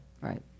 Right